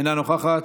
אינה נוכחת,